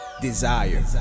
desire